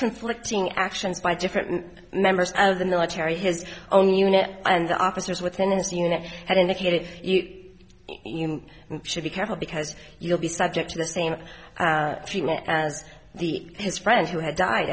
conflicting actions by different members of the military his own unit and the officers within his unit had indicated you should be careful because you'll be subject to the same treatment as the his friends who have died